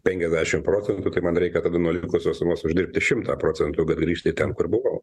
penkiasdešimt procentų tai man reikia kad nuo likusios sumos uždirbti šimtą procentų kad grįžti ten kur buvau